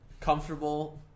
comfortable